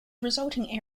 resulting